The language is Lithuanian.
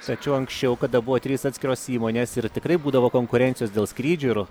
tačiau anksčiau kada buvo trys atskiros įmonės ir tikrai būdavo konkurencijos dėl skrydžių ir